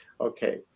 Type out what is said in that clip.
Okay